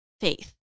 faith